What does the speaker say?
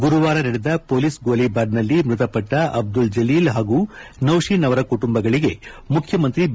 ಗುರುವಾರ ನಡೆದ ಪೊಲೀಸ್ ಗೋಲಿಬಾರ್ನಲ್ಲಿ ಮೃತಪಟ್ಟ ಅಬ್ದುಲ್ ಜಲೀಲ್ ಹಾಗೂ ನೌತೀನ್ ಅವರ ಕುಟುಂಬಗಳಿಗೆ ಮುಖ್ಯಮಂತ್ರಿ ಬಿ